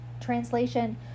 Translation